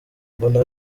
mbona